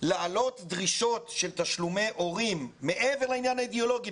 להעלות דרישות של תשלומי הורים - מעבר לעניין האידיאולוגי,